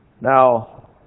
Now